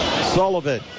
Sullivan